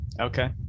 okay